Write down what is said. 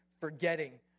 forgetting